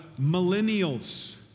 millennials